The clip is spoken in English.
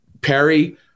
Perry